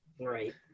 right